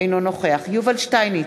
אינו נוכח יובל שטייניץ,